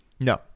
no